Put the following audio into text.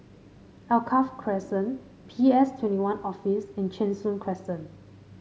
Alkaff Crescent P S Twenty One Office and Cheng Soon Crescent